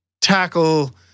tackle